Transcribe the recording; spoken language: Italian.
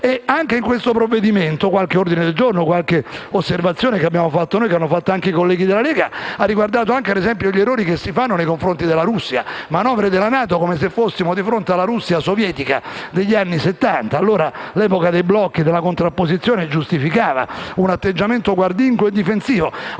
l'esame di questo provvedimento, qualche ordine del giorno e qualche osservazione che abbiamo avanzato noi e i colleghi della Lega hanno riguardato anche gli errori che si fanno nei confronti della Russia, con manovre della NATO come se fossimo di fronte alla Russia sovietica degli anni Settanta. L'epoca dei blocchi e della contrapposizione giustificava un atteggiamento guardingo e difensivo.